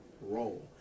role